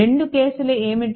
రెండు కేసులు ఏమిటి